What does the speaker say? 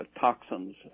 toxins